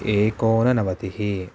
एकोननवतिः